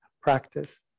practice